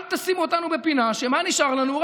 אל תשימו אותנו בפינה שמה נשאר לנו?